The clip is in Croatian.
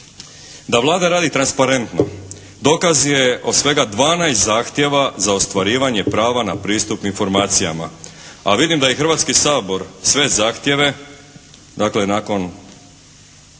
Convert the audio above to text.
Da Vlada radi transparentno dokaz je od svega 12 zahtjeva za ostvarivanje prava na pristup informacijama, a vidim da i Hrvatski sabor sve zahtjeve, dakle nakon